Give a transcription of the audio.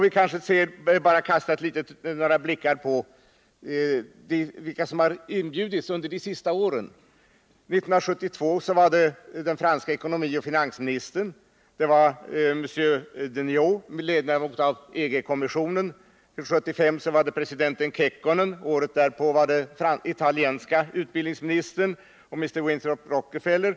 Vi kan se litet grand på vilka som har inbjudits till jakt under de senaste åren. 1972 var den franske ekonomioch finansministern här liksom också monsieur Deniau, medlem av EG-kommissionen. 1975 var president Kekkonen här och året därpå den italienske utbildningsministern och Mr. Winthrop Paul Rockefeller.